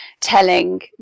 telling